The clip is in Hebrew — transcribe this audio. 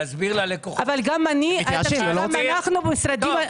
להסביר ללקוחות --- אבל גם אנחנו במשרדים --- טוב,